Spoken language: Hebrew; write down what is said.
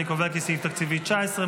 אני קובע כי סעיף תקציבי 19,